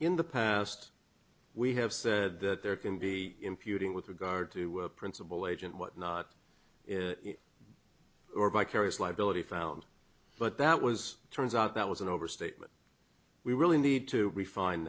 in the past we have said that there can be imputing with regard to principle agent whatnot or vicarious liability found but that was turns out that was an overstatement we really need to refine